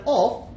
off